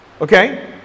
okay